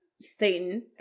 Satan